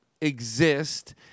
exist